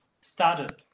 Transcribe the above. started